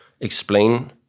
explain